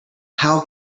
how